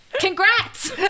Congrats